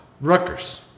Rutgers